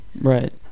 Right